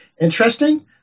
Interesting